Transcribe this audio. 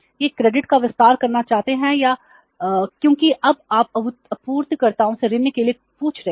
वह क्रेडिट का विस्तार करना चाहता है क्यों क्योंकि जब आप आपूर्तिकर्ता से ऋण के लिए पूछ रहे हैं